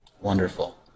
Wonderful